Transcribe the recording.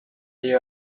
you